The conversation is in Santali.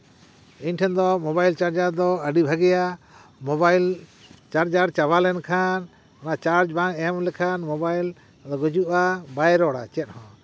ᱤᱧ ᱴᱷᱮᱱ ᱫᱚ ᱢᱳᱵᱟᱭᱤᱞ ᱪᱟᱨᱡᱟᱨ ᱫᱚ ᱟᱹᱰᱤ ᱵᱷᱟᱜᱮᱭᱟ ᱢᱳᱵᱟᱭᱤᱞ ᱪᱟᱨᱡᱟᱨ ᱪᱟᱵᱟ ᱞᱮᱱᱠᱷᱟᱱ ᱚᱱᱟ ᱪᱟᱨᱡᱽ ᱵᱟᱝ ᱮᱢ ᱞᱮᱠᱷᱟᱱ ᱢᱳᱵᱟᱭᱤᱞ ᱜᱩᱡᱩᱜᱼᱟ ᱵᱟᱭ ᱨᱚᱲᱟ ᱪᱮᱫ ᱦᱚᱸ